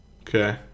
Okay